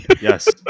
Yes